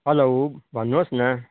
hello भन्नुहोस् न